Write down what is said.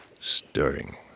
Stirring